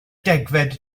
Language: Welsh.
degfed